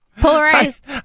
polarized